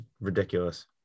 Ridiculous